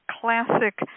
classic